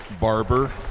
Barber